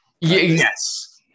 yes